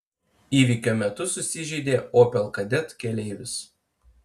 įvykio metu susižeidė opel kadett keleivis